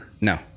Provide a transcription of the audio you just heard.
No